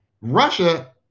Russia